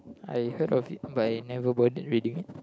I heard of it but I've never bothered reading